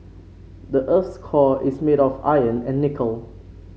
the earth's core is made of iron and nickel